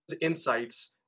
insights